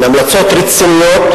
הן המלצות רציניות,